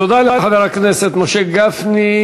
תודה רבה לחבר הכנסת משה גפני.